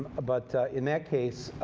but in that case,